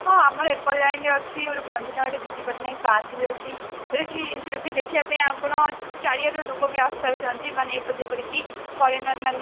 ହଁ ଆମର ଏପଟ ଲାଇନ୍ରେ ଅଛି ଗୋଟେ ଭଞ୍ଜନଗରରେ ବିଜୁପଟନାୟକ ପାର୍କ ବି ଅଛି ଯେଉଁଟାକି ଦେଖିଆ ପାଇଁ ଆପଣ ଚାରିଆଡ଼ୁ ଲୋକ ଆସଥାଉଛନ୍ତି ଯେପରିକି ଫରେନର୍ମାନେ